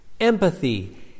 empathy